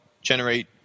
generate